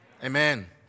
Amen